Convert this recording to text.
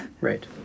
right